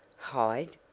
hide!